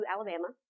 Alabama